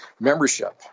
membership